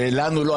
ולנו לא,